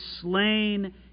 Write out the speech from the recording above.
slain